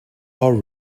are